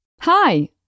Hi